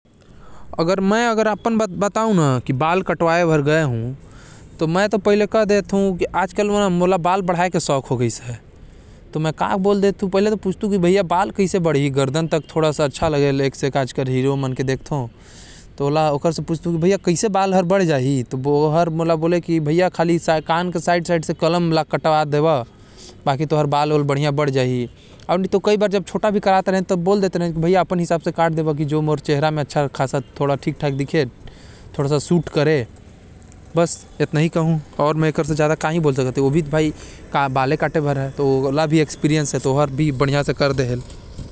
आजकल बाल बढ़ाये के जमाना हवे, तो में जाके पहले तो पुछथो, की कैसे बढ़ाऊ अपन बाल, अउ ओ हर बताथे। अउ अगर मोके कटवाना रहेल बाल तो मैं बोलथो की भैया देख ले तै अपन हिसाब से मोर चेहरा कस जो तोके ठीक लागहि वैसा तै बाल काट दे मोर।